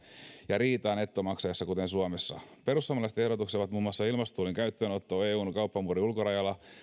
ja riitaa nettomaksajassa kuten suomessa perussuomalaisten ehdotukset ovat muun muassa ilmastotullin käyttöönotto eun kauppamuurin ulkorajalla